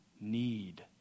need